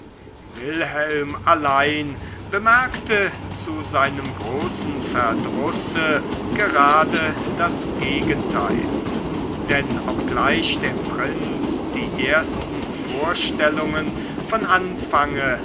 wilhelm allein bemerkte zu seinem großen verdrusse gerade das gegenteil denn obgleich der prinz die ersten vorstellungen von anfange